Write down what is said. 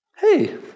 hey